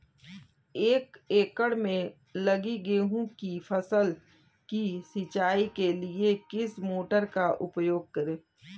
एक एकड़ में लगी गेहूँ की फसल की सिंचाई के लिए किस मोटर का उपयोग करें?